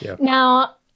now